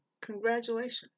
Congratulations